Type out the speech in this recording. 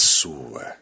sua